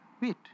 Wait